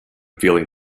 feeling